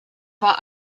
war